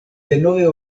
denove